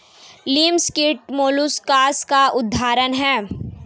लिमस कीट मौलुसकास का उदाहरण है